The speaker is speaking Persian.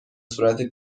صورت